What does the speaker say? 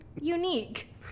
Unique